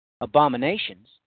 abominations